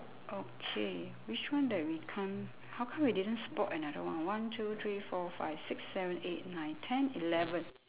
okay which one that we can't how come we didn't spot another one one two three four five six seven eight nine ten eleven